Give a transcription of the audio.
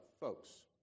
folks